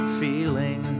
feeling